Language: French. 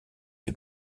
les